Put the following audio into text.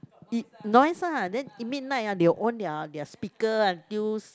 it noise lah then midnight ah they will on their their speaker until